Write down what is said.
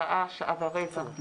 בשעה עד שעה ורבע.